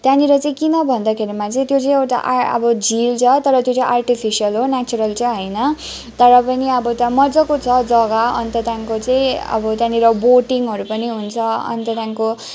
त्यहाँनिर चाहिँ किन भन्दाखेरिमा चाहिँ त्यो चाहिँ एउटा आ अब झील छ तर त्यो चाहिँ आर्टिफिसियल हो न्याचरल चाहिँ होइन तर पनि अब त्यहाँ मज्जाको छ जग्गा अन्त त्यहाँदेखिको चाहिँ त्यहाँनिर बोटिङहरू पनि हुन्छ अन्त त्यहाँदेखिको